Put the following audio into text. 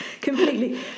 Completely